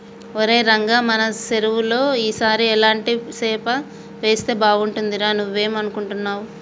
ఒరై రంగ మన సెరువులో ఈ సారి ఎలాంటి సేప వేస్తే బాగుంటుందిరా నువ్వేం అనుకుంటున్నావ్